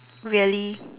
really